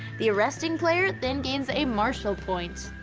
the arresting player then gains a marshal point.